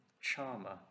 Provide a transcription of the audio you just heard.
Charmer